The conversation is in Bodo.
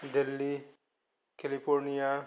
दिल्ली केलिफरनिया